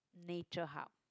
nature hub